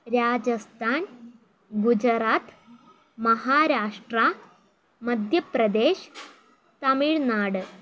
Rajasthan Gujarat Maharashtra Madhya Pradesh Tamil Nadu